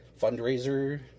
fundraiser